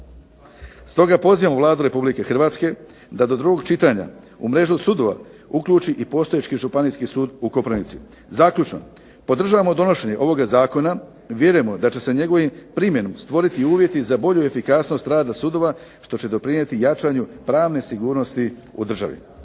Stoga pozivamo Vladu RH da do drugog čitanja u mrežu sudova uključi i postojeći Županijski sud u Koprivnici. Zaključno, podržavamo donošenje ovoga zakona i vjerujemo da će se njegovom primjenom stvoriti uvjeti za bolju efikasnost rada sudova što će doprinijeti jačanju pravne sigurnosti u državi.